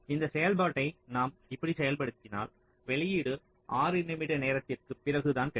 இந்தச் செயல்பாட்டை நாம் இப்படிச் செயல்படுத்தினால் வெளியீடு 6 நிமிட நேரத்திற்குப் பிறகுதான் கிடைக்கும்